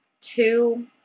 two